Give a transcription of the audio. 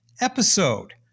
episode